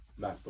macbook